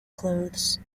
clothes